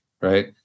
right